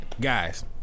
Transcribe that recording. guys